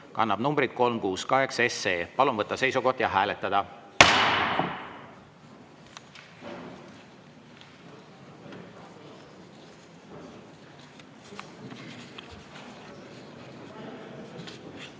kannab numbrit 368. Palun võtta seisukoht ja hääletada!